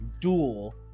duel